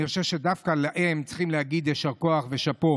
אני חושב שדווקא להם צריכים להגיד יישר כוח ושאפו.